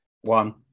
One